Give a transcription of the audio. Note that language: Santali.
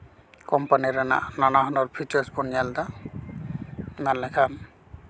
ᱠᱚᱢᱯᱟᱱᱤ ᱨᱮᱱᱟᱜ ᱱᱟᱱᱟ ᱦᱩᱱᱟᱹᱨ ᱯᱷᱤᱪᱟᱨᱥ ᱵᱚᱱ ᱧᱮᱞᱫᱟ ᱢᱮᱱ ᱞᱮᱠᱷᱟᱱ